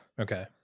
Okay